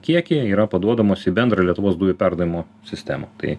kiekį yra paduodamos į bendrą lietuvos dujų perdavimo sistemą tai